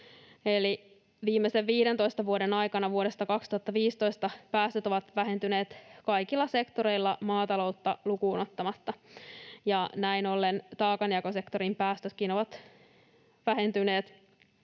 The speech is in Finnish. viimeisen 15 vuoden aikana vuodesta 2005 päästöt ovat vähentyneet kaikilla sektoreilla maataloutta lukuun ottamatta, ja näin ollen taakanjakosektorin päästötkin ovat vähentyneet